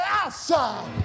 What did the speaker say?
outside